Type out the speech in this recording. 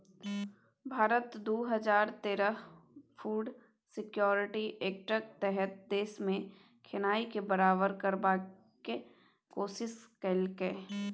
भारत दु हजार तेरहक फुड सिक्योरिटी एक्टक तहत देशमे खेनाइ केँ बराबर करबाक कोशिश केलकै